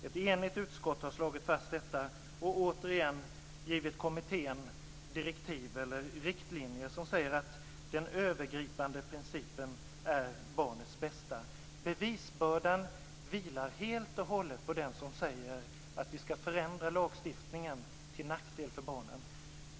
Ett enigt utskott har slagit fast detta och, återigen, givit kommittén direktiv eller riktlinjer som säger att den övergripande principen är barnets bästa. Bevisbördan vilar helt och hållet på den som säger att vi ska förändra lagstiftningen till nackdel för barnen.